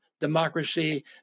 democracy